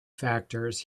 factors